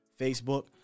Facebook